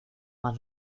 más